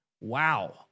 Wow